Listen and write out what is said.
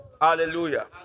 Hallelujah